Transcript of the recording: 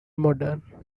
modern